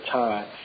time